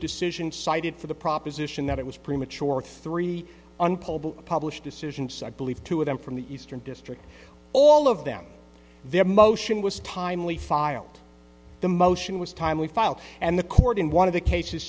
decision cited for the proposition that it was premature three on poll published decisions i believe two of them from the eastern district all of them their motion was timely filed the motion was timely filed and the court in one of the cases